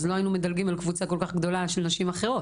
אז לא היינו מדלגים על קבוצה כל כך גדולה של נשים אחרות,